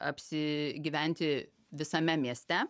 apsigyventi visame mieste